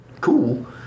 cool